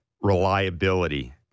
reliability